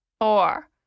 four